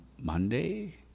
Monday